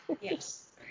yes